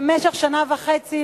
אישית ליועצת המקצועית שלי,